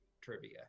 trivia